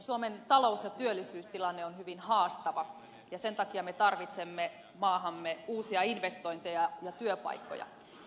suomen talous ja työllisyystilanne on hyvin haastava ja sen takia me tarvitsemme maahamme uusia investointeja ja työpaikkoja